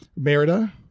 Merida